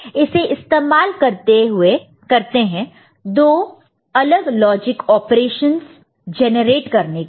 इसे इस्तेमाल करते हैं 2 दो अलग लॉजिक ऑपरेशंस जेनरेट करने के लिए